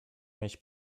mieć